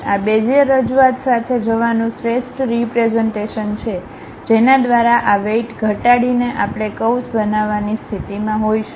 આ બેઝિયર રજૂઆત સાથે જવાનું શ્રેષ્ઠ રીપ્રેઝન્ટેશન છે જેના દ્વારા આ વેઇટ ઘટાડીને આપણે કર્વ્સ બનાવવાની સ્થિતિમાં હોઈશું